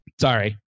Sorry